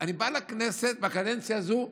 אני בא לכנסת בקדנציה הזו,